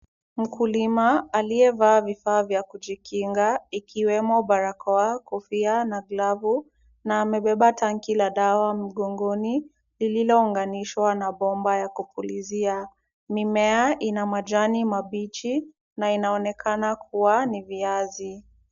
Mkulima aliyevaa vifaa vya kujikinga ikiwemo barakoa, kofia na glavu na amebeba tanki mgongoni, lililounganishwa na bomba ya kupulizia. Mimea ina majani mabichi na inaonekana kuwa ni viazi.